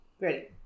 ready